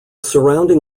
surrounding